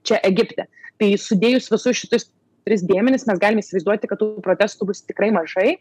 čia egipte tai sudėjus visus šitus tris dėmenis mes galime įsivaizduoti kad tų protestų bus tikrai mažai